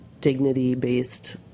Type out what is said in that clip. dignity-based